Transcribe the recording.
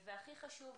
והכי חשוב,